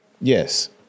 Yes